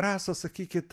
rasa sakykit